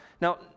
now